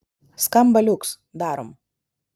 skamba liuks darom